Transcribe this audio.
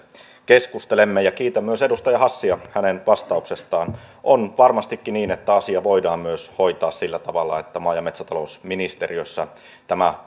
keskustelemme ja kiitän myös edustaja hassia hänen vastauksestaan on varmastikin niin että asia voidaan hoitaa myös sillä tavalla että maa ja metsätalousministeriössä tämä